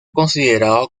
considerado